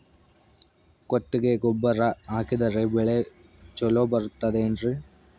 ಕೊಟ್ಟಿಗೆ ಗೊಬ್ಬರ ಹಾಕಿದರೆ ಬೆಳೆ ಚೊಲೊ ಬರುತ್ತದೆ ಏನ್ರಿ?